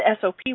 SOP